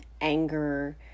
anger